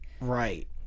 Right